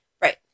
right